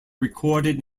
recorded